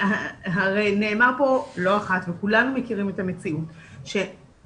הרי נאמר פה לא אחת וכולנו מכירים את המציאות שנמצאים